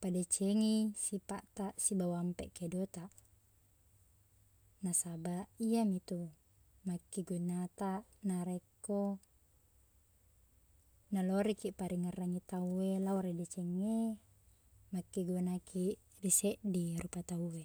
padecengi sipaqtaq sibawa ampeq kedotaq. Nasabaq iye mi tu makkigunataq narekko nalorikiq paringerrangi tauwe lao ri decengnge, makkegunakiq ri seddi rupa tau e.